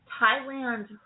Thailand